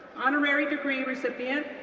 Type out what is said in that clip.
honorary degree recipient,